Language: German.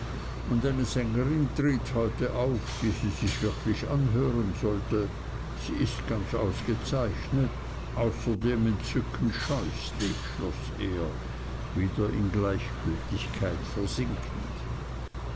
und eine sängerin tritt heute auf die sie sich wirklich anhören sollte sie ist ganz ausgezeichnet außerdem entzückend scheußlich schloß er wieder in gleichgültigkeit versinkend